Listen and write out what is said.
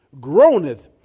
groaneth